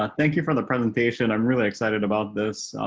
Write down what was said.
um thank you for the presentation, i'm really excited about this.